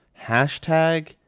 hashtag